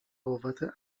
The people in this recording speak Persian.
قوت